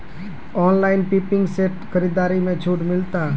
Online pumping set खरीदारी मे छूट मिलता?